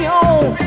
on